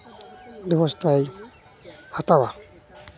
ᱵᱮᱵᱚᱥᱛᱷᱟᱭ ᱦᱟᱛᱟᱣᱟ